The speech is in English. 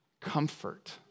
comfort